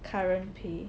current pay